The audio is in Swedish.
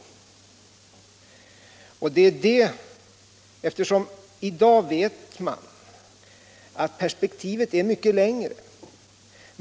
I dag vet man att perspektivet är mycket längre.